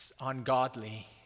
ungodly